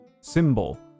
Symbol